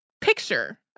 picture